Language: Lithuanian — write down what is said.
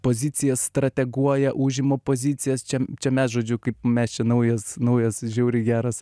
pozicija strateguoja užima pozicijas čia čia mes žodžiu kaip mes čia naujas naujas žiauriai geras